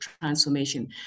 transformation